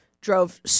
drove